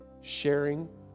sharing